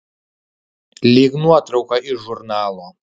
lyg nuotrauka iš žurnalo